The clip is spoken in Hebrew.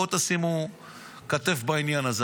בואו תשימו כתף בעניין הזה.